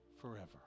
forever